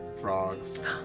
frogs